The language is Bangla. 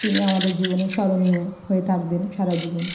তিনি আমাদের জীবনের স্মরণীয় হয়ে থাকবেন সারা জীবন